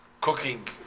cooking